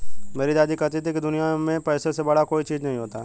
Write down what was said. मेरी दादी कहती थी कि दुनिया में पैसे से बड़ा कोई चीज नहीं होता